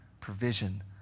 provision